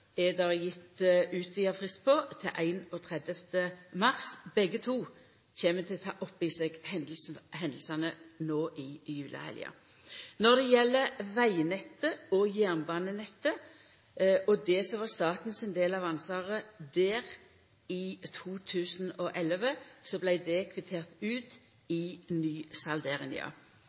er det gjeve utvida frist på, til 31. mars. Begge to kjem til å ta opp i seg hendingane no i julehelga. Når det gjeld vegnettet og jernbanenettet og det som var staten sin del av ansvaret der i 2011, vart det kvittert ut i